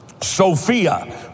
Sophia